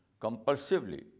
compulsively